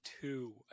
two